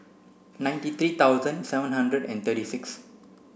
ninety three thousand seven hundred and thirty six